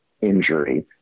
injury